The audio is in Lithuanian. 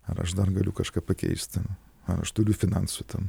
ar aš dar galiu kažką pakeisti ar aš turiu finansų tam